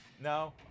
No